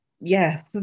Yes